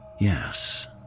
Yes